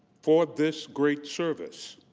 for this great service.